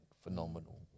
phenomenal